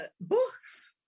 books